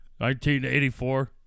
1984